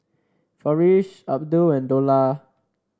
Farish Abdul and Dollah